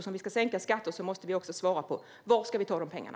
Om vi ska sänka skatter måste vi också svara på var vi ska ta pengarna.